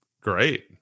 Great